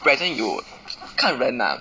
present you would 看人 lah